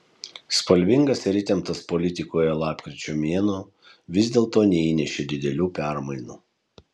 spalvingas ir įtemptas politikoje lapkričio mėnuo vis dėlto neįnešė didelių permainų